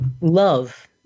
love